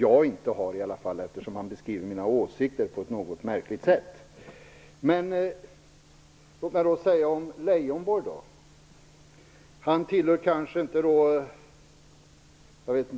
Jag känner i alla fall inte till dem, eftersom han beskriver mina åsikter på ett något märkligt sätt. Lars Leijonborg tillhör kanske inte